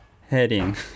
heading